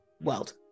world